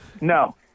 no